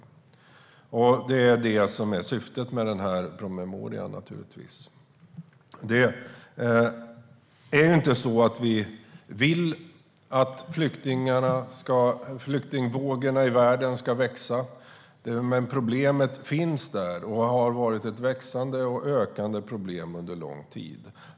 Det är naturligtvis det som är syftet med den här promemorian. Det är inte så att vi vill att flyktingvågorna i världen ska växa. Men problemet finns där och har varit ett växande och ökande problem under lång tid.